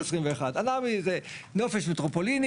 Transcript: אנ"מ זה נופש מטרופיליני.